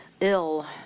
ill